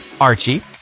Archie